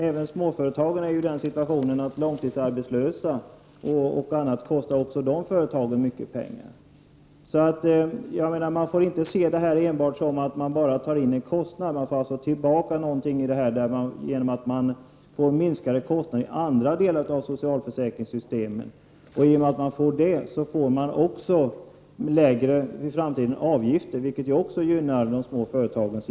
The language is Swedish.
Även småföretagen är i den situationen att långtidsarbetslösa och andra kostar också de företagen mycket pengar. Man får alltså inte se det här så att man enbart får en kostnad — man får också tillbaka någonting genom att man får minskade kostnader i andra delar av socialförsäkringssystemet. I och med att man får det får man i framtiden även lägre avgifter, vilket också gynnar de små företagen.